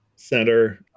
center